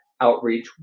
outreach